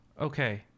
Okay